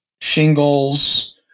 shingles